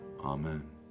Amen